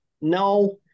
no